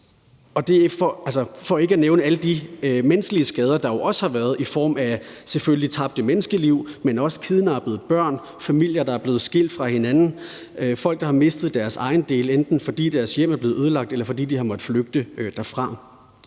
udenfor – for ikke at nævne alle de menneskelige skader, der jo også har været, selvfølgelig i form af tabte menneskeliv, men også kidnappede børn, familier, der er blevet skilt fra hinanden, folk, der har mistet deres egendele, enten fordi deres hjem er blevet ødelagt eller fordi de har måttet flygte derfra.